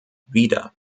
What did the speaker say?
wider